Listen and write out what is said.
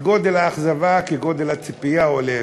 גודל האכזבה כגודל הציפייה, או להפך.